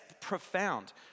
profound